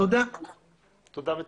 צודק.